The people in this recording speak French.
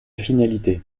finalité